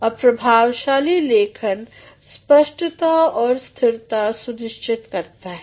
और प्रभावशाली लेखन स्पष्टता और स्थिरता सुनिश्चित करता है